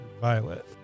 violet